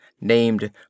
Named